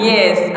Yes